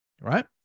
right